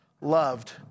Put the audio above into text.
loved